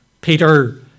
Peter